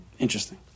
interesting